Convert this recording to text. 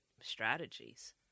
strategies